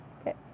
okay